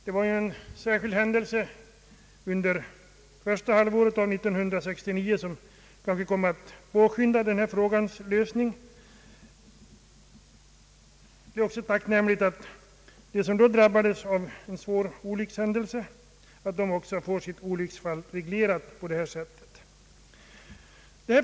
Det var kanske en särskild händelse under första halvåret 1969 som kom att påskynda denna frågas lösning. Det är även tacknämligt att de som då drabbades av svåra olyckshändelser också får olycksfallsskadan reglerad på detta sätt.